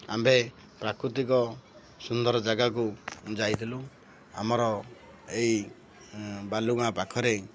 ଆମ୍ଭେ ପ୍ରାକୃତିକ ସୁନ୍ଦର ଜାଗାକୁ ଯାଇଥିଲୁ ଆମର ଏଇ ବାଲୁଗାଁ ପାଖରେ